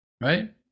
right